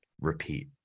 repeat